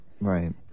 Right